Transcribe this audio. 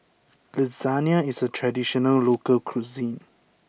Lasagne is a traditional local cuisine